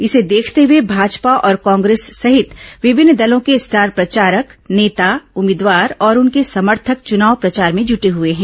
इसे देखते हुए भाजपा और कांग्रेस सहित विभिन्न दलों के स्टार प्रचारक नेता उम्मीदवार और उनके समर्थक चुनाव प्रचार में जुटे हुए हैं